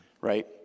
right